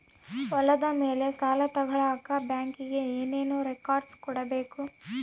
ಹೊಲದ ಮೇಲೆ ಸಾಲ ತಗಳಕ ಬ್ಯಾಂಕಿಗೆ ಏನು ಏನು ರೆಕಾರ್ಡ್ಸ್ ಕೊಡಬೇಕು?